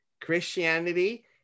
Christianity